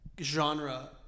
genre